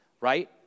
right